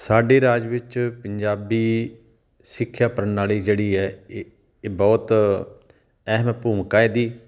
ਸਾਡੇ ਰਾਜ ਵਿੱਚ ਪੰਜਾਬੀ ਸਿੱਖਿਆ ਪ੍ਰਣਾਲੀ ਜਿਹੜੀ ਹੈ ਇਹ ਇਹ ਬਹੁਤ ਅਹਿਮ ਭੂਮਿਕਾ ਇਹਦੀ